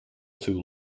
too